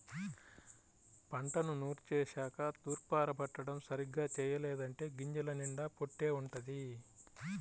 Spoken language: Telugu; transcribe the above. పంటను నూర్చేశాక తూర్పారబట్టడం సరిగ్గా చెయ్యలేదంటే గింజల నిండా పొట్టే వుంటది